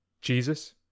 Jesus